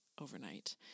overnight